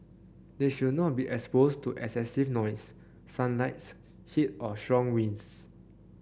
they should not be exposed to excessive noise sunlight heat or strong winds